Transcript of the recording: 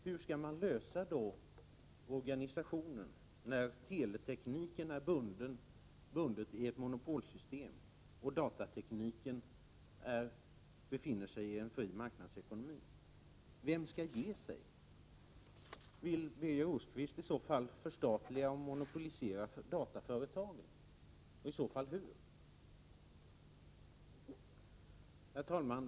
Hur skall man lösa organisationsfrågan, när teletekniken är bunden i ett monopol och datatekniken befinner sig i en fri marknadsekonomi? Vem skall ge sig? Vill Birger Rosqvist förstatliga och monopolisera dataföretagen och i så fall hur? Herr talman!